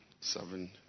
seven